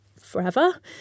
forever